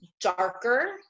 darker